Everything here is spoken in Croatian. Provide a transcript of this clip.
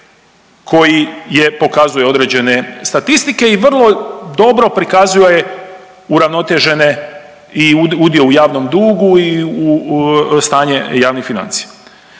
koji je pokazuje određene statistike i vrlo dobro prikazuje uravnotežene i udio u javnom dugu i stanje javnih financija.